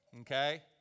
Okay